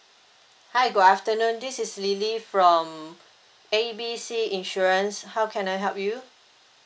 hi good afternoon this is lily from A B C insurance how can I help you